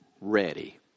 ready